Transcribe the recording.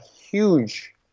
huge